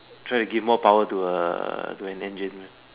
trying give more power to ah to an engine